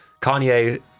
Kanye